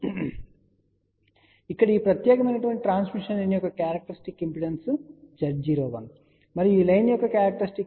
కాబట్టి ఇక్కడ ఈ ప్రత్యేక ట్రాన్స్మిషన్ లైన్ యొక్క క్యారెక్టరిస్టిక్ ఇంపిడెన్స్ Z01 మరియు ఈ లైన్ యొక్క క్యారెక్టరిస్టిక్ ఇంపిడెన్స్ Z02